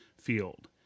field